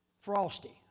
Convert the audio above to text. Frosty